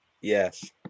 Yes